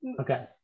Okay